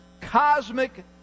cosmic